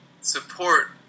support